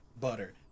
butter